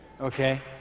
okay